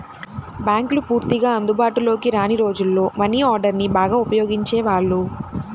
బ్యేంకులు పూర్తిగా అందుబాటులోకి రాని రోజుల్లో మనీ ఆర్డర్ని బాగా ఉపయోగించేవాళ్ళు